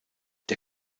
der